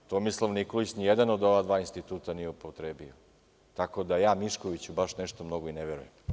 Tomislav Nikolić ni jedan od ova dva instituta nije upotrebio, tako da je Miškoviću baš nešto mnogo i ne verujem.